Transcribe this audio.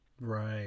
Right